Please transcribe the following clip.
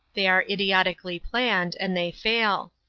they are idiotically planned, and they fail.